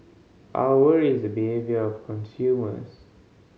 our worry is behaviour of consumers